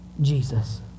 Jesus